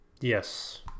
Yes